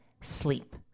sleep